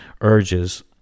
urges